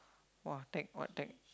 !wah! tech what tech